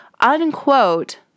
unquote